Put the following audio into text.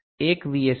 D 0